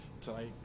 Tonight